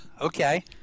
okay